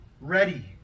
ready